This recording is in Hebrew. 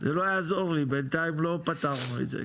זה לא יעזור לי, בינתיים לא פתרנו את זה.